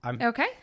Okay